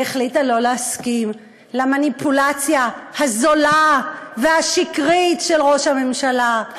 והחליטה לא להסכים למניפולציה הזולה והשקרית של ראש הממשלה.